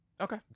Okay